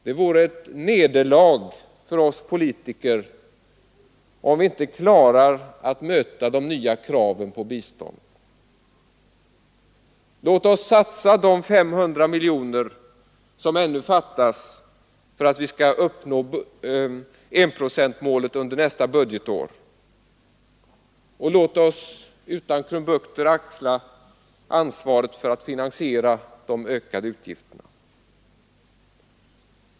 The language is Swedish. Det vore ett nederlag för oss politiker om vi inte klarar att möta de nya kraven på bistånd. Låt oss satsa de 500 miljoner som ännu fattas för att vi skall uppnå enprocentsmålet under nästa budgetår, och låt oss utan krumbukter axla ansvaret för att finansiera dessa ökade utgifter!